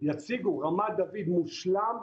יציגו רמת דוד מושלם,